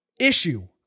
issue